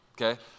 Okay